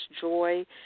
joy